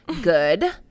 Good